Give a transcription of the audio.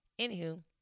Anywho